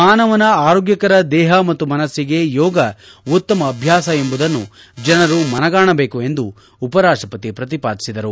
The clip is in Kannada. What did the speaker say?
ಮಾನವನ ಆರೋಗ್ಕಕರ ದೇಹ ಮತ್ತು ಮನ್ಸಿಗೆ ಯೋಗ ಉತ್ತಮ ಅಭ್ಯಾಸ ಎಂಬುದನ್ನು ಜನರು ಮನಗಾಣಬೇಕು ಎಂದು ಉಪರಾಷ್ಟಪತಿ ಪ್ರತಿಪಾದಿಸಿದರು